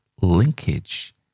linkage